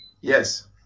Yes